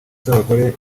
z’abagore